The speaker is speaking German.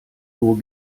nur